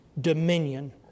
dominion